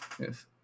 yes